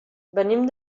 venim